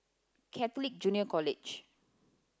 Catholic Junior College